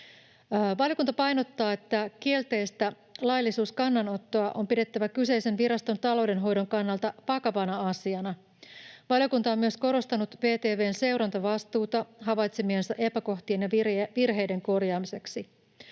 Valiokunta painottaa, että kielteistä laillisuuskannanottoa on pidettävä kyseisen viraston taloudenhoidon kannalta vakavana asiana. Valiokunta on myös korostanut VTV:n seurantavastuuta havaitsemiensa epäkohtien ja virheiden korjaamiseksi.